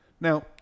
now